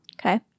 Okay